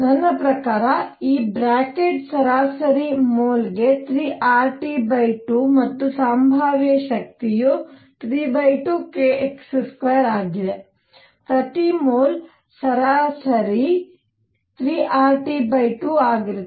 ನನ್ನ ಪ್ರಕಾರ ಈ ಬ್ರಾಕೆಟ್ ಸರಾಸರಿ ಮೋಲ್ಗೆ 3RT2 ಮತ್ತು ಸಂಭಾವ್ಯ ಶಕ್ತಿಯು 32kx2 ಆಗಿದೆ ಪ್ರತಿ ಮೋಲ್ಗೆ ಸರಾಸರಿ 3RT2 ಆಗಿರುತ್ತದೆ